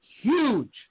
huge